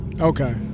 okay